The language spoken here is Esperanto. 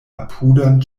apudan